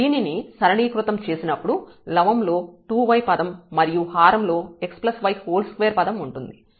దీనిని సరళీకృతం చేసినప్పుడు లవం లో 2y పదం మరియు హారంలో x y2 పదం ఉంటుంది